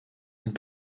and